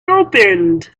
opened